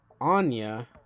Anya